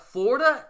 Florida